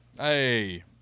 Hey